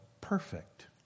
perfect